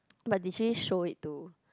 but did she show it to